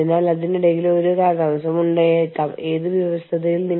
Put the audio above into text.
അന്താരാഷ്ട്രതലത്തിൽ യൂണിയൻ അനുവദിക്കുന്ന വിവിധ സംഘടനകൾ